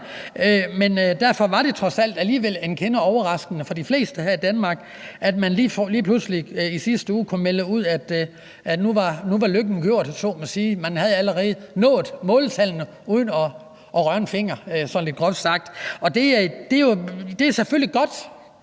ministre var blevet delagtiggjort i nogle glædelige tal før os andre – at man lige pludselig i sidste uge kunne melde ud, at nu var lykken gjort, om man så må sige: Man havde allerede nået måltallene uden at røre en finger, sådan lidt groft sagt. Det er selvfølgelig godt,